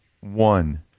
one